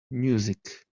music